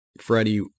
Freddie